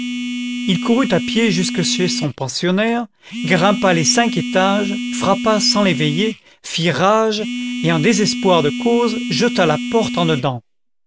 il courut à pied jusque chez son pensionnaire grimpa les cinq étages frappa sans l'éveiller fit rage et en désespoir'de cause jeta la porte en dedans